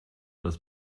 das